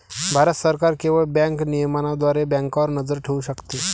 भारत सरकार केवळ बँक नियमनाद्वारे बँकांवर नजर ठेवू शकते